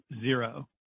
zero